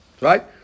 Right